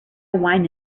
wine